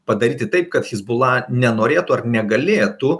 padaryti taip kad hezbollah nenorėtų ar negalėtų